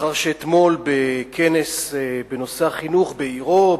לאחר שאמר אתמול בכנס בנושא החינוך בעירו,